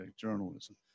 journalism